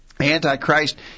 Antichrist